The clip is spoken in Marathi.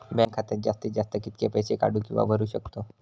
बँक खात्यात जास्तीत जास्त कितके पैसे काढू किव्हा भरू शकतो?